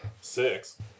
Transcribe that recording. six